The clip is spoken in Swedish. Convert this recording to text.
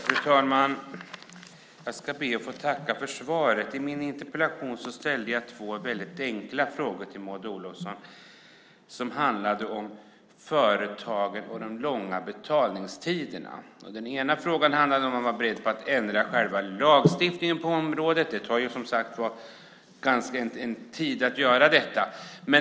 Fru talman! Jag tackar för svaret. I min interpellation ställde jag två väldigt enkla frågor till Maud Olofsson. De handlade om företagen och de långa betalningstiderna. Den ena frågan var om man var beredd att ändra lagstiftningen på området. Det tar, som sagt var, tid att göra det.